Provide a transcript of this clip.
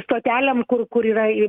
stotelėm kur kur yra